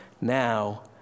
now